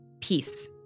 peace